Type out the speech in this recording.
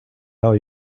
tell